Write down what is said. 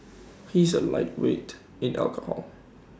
he is A lightweight in alcohol